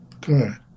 Good